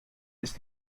ist